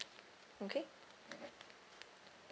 okay